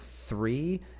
three